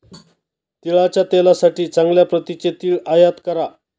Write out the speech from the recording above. तिळाच्या तेलासाठी चांगल्या प्रतीचे तीळ आयात करा